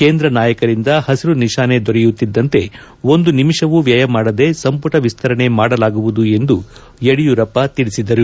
ಕೇಂದ್ರ ನಾಯಕರಿಂದ ಹಬರು ನಿತಾನೆ ದೊರೆಯುತ್ತಿದ್ದಂತೆ ಒಂದು ನಿಮಿಷವೂ ವ್ಯಯ ಮಾಡದೆ ಸಂಪುಟ ವಿಸ್ತರಣೆ ಮಾಡಲಾಗುವುದು ಎಂದು ಯಡಿಯೂರಪ್ಪ ತಿಳಿಸಿದರು